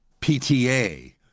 PTA